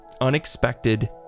unexpected